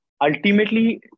ultimately